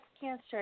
cancer